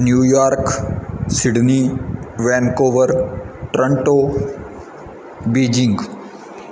New York Sydney Vancouver Toronto Beijing